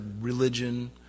religion